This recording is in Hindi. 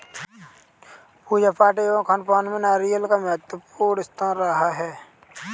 पूजा पाठ एवं खानपान में नारियल का महत्वपूर्ण स्थान रहा है